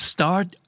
Start